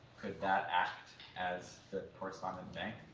could that act as the correspondent bank?